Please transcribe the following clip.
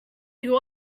you